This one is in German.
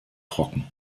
trocken